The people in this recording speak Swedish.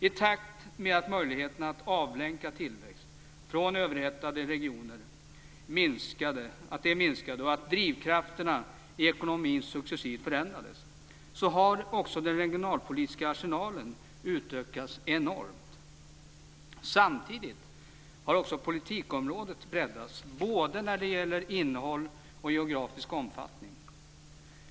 I takt med att möjligheterna att avlänka tillväxt från överhettade regioner minskade och att drivkrafterna i ekonomin successivt förändrades har också den regionalpolitiska arsenalen utökats enormt. Samtidigt har också politikområdet breddats både när det gäller innehåll och geografisk omfattning.